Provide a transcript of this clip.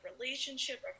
relationship